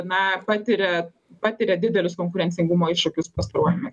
na patiria patiria didelius konkurencingumo iššūkius pastaruoju me